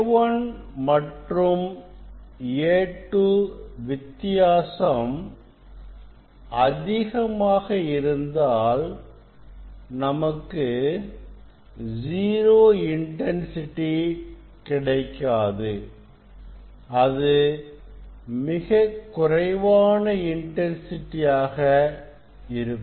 A1 மற்றும் A2 வித்தியாசம் அதிகமாக இருந்தால் நமக்கு ஜீரோ இன்டன்சிட்டி கிடைக்காது அது மிகக் குறைவான இன்டன்சிட்டி ஆக இருக்கும்